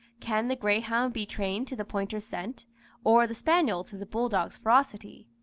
can the greyhound be trained to the pointer's scent or the spaniel to the bulldog's ferocity?